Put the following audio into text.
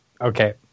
Okay